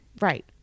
right